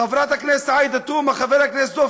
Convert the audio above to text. חברת הכנסת עאידה תומא סלימאן